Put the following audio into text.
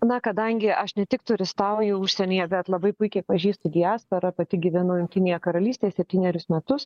na kadangi aš ne tik turistauju užsienyje bet labai puikiai pažįstu diasporą pati gyvenau jungtinėje karalystėje septynerius metus